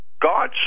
God